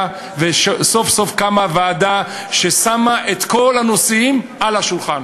ושסוף-סוף קמה ועדה ששמה את כל הנושאים על השולחן.